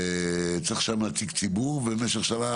וצריך שם נציג ציבור ובמשך שנה,